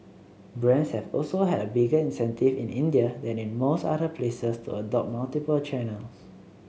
brands have also had a bigger incentive in India than in most other places to adopt multiple channels